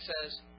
says